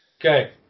Okay